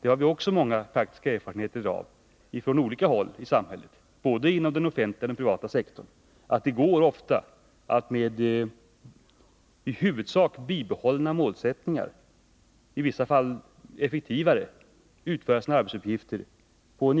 Vi har praktiska erfarenheter från många områden i samhället, inom både den privata och den offentliga sektorn, som visar att det ofta går att utföra arbetsuppgifterna med i huvudsak bibehållna målsättningar — i vissa fall t.o.m. med större effektivitet än tidigare —